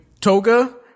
Toga